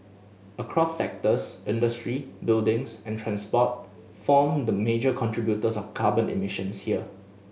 across sectors industry buildings and transport form the major contributors of carbon emissions here